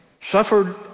Suffered